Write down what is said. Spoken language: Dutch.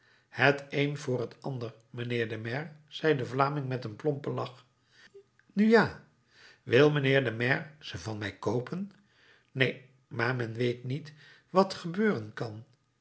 het een vr het ander mijnheer de maire zei de vlaming met een plompen lach nu ja wil mijnheer de maire ze van mij koopen neen maar men weet niet wat gebeuren kan